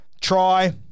try